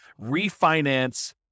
refinance